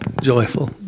joyful